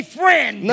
friend